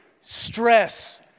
stress